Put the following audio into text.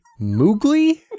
moogly